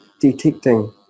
detecting